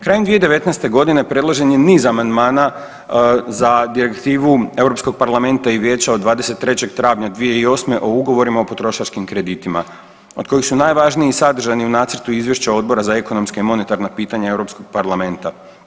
Krajem 2019. g. predložen je niz amandmana za Direktivu EU Parlamenta i Vijeća od 23. travnja 2008. o ugovorima o potrošačkim kreditima, od kojih su najvažniji sadržani u nacrtu Izvješća Odbora za ekonomska i monetarna pitanja EU parlamenta.